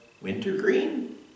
wintergreen